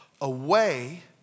away